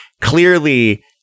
Clearly